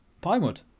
Pinewood